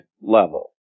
level